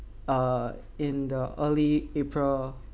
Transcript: uh in the early april